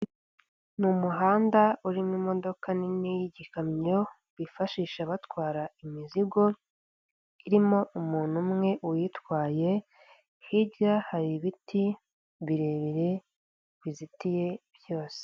Ni umuhanda urimo imodoka nini y'igikamyo bifashisha batwara imizigo irimo umuntu umwe uyitwaye, hirya hari ibiti birebire bizitiye byose.